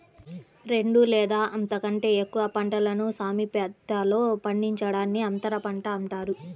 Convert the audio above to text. రెండు లేదా అంతకంటే ఎక్కువ పంటలను సామీప్యతలో పండించడాన్ని అంతరపంట అంటారు